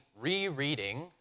rereading